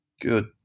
Good